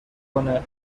کنه